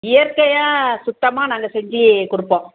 இயற்கையாக சுத்தமாக நாங்கள் செஞ்சு கொடுப்போம்